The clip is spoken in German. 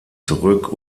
zurück